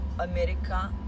America